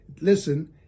listen